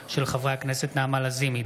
של חברי הכנסת נעמה לזימי,